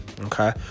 okay